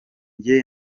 jye